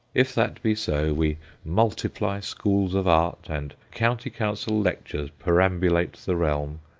if that be so, we multiply schools of art and county council lectures perambulate the realm,